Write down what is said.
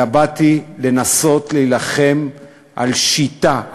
אלא באתי לנסות להילחם על שיטה,